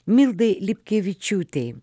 mildai lipkevičiūtei